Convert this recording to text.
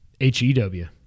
H-E-W